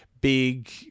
big